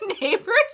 neighbors